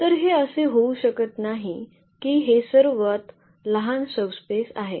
तर हे असे होऊ शकत नाही की हे सर्वात लहान सबस्पेस आहे